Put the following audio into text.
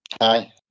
Hi